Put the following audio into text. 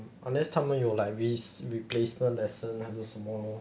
unless 他们有 like replacement lesson 还是什么 lor